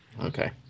okay